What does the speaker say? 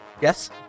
Yes